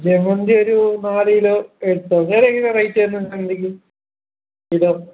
ജമന്തിയൊരു നാലു കിലോ എടുത്തോ വെറെ എങ്ങനെയാ റേറ്റ് വരുന്നത് ജമന്തിയ്ക്ക് കിലോ